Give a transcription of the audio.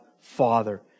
Father